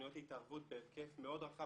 תוכניות התערבות בהיקף מאוד רחב,